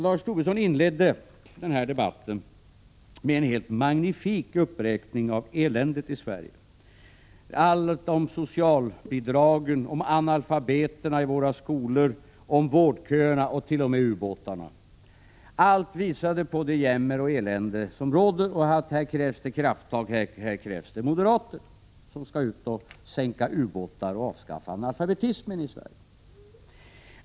Lars Tobisson inledde denna debatt med en helt magnifik uppräkning av eländet i Sverige — socialbidragen, analfabeterna i våra skolor, vårdköerna och t.o.m. ubåtarna. Allt visade på det jämmer och elände som råder, och här krävs det krafttag, och här krävs det moderater som skall ut och sänka ubåtar och avskaffa analfabetismen i Sverige.